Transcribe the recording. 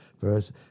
verse